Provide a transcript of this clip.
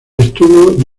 estuvo